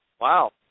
Wow